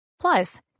Plus